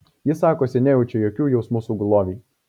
jis sakosi nejaučia jokių jausmų sugulovei